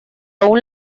aún